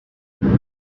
nit